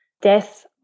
death